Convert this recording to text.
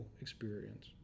experience